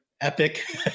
epic